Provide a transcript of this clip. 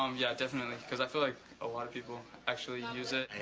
um yeah definitely, cause i feel like a lot of people actually use it.